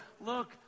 look